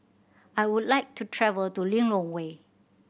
I would like to travel to Lilongwe